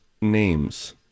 names